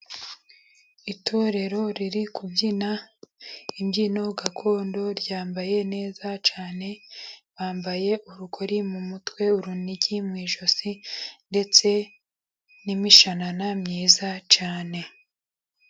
Itorero riri kubyina imbyino gakondo ryambaye neza cyane, bambaye urugori mu mutwe, urunigi mu ijosi ndetse n' imishanana myiza cyane.